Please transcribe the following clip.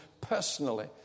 personally